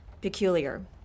peculiar